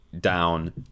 down